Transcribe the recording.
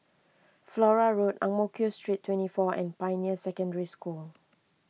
Flora Road Ang Mo Kio Street twenty four and Pioneer Secondary School